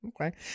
Okay